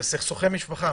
זה סכסוכי משפחה.